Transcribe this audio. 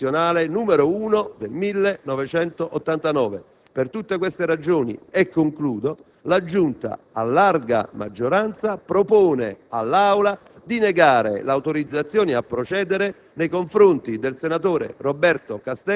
dell'articolo 9 della legge costituzionale n. 1 del 1989. Per tutte queste ragioni, la Giunta, a larga maggioranza, propone all'Aula di negare l'autorizzazione a procedere